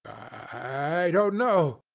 i don't know,